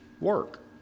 work